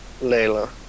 Layla